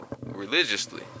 religiously